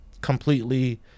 completely